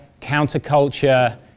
counterculture